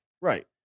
Right